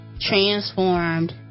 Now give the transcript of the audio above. transformed